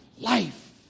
life